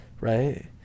right